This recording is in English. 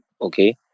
okay